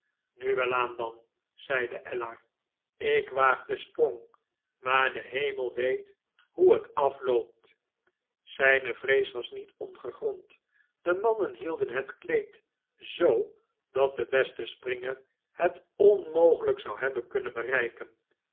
nu welaan dan zeide ellar ik waag grimaldi is mede eigenaar den sprong maar de hemelweethoehetafloopt zyne vrees was niet ongegrond de nfannen hielden het kleed zoo dat de beste springer het onmogelijk zou hebben kunnen oereiken